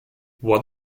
what